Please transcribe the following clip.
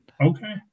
Okay